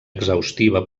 exhaustiva